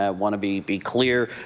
ah want to be be clear,